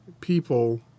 people